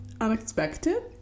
Unexpected